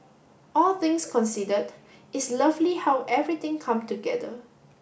all things considered it's lovely how everything come together